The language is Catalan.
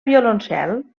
violoncel